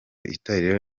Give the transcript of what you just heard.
itorero